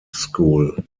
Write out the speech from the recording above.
school